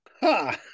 ha